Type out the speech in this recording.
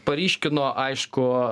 paryškino aišku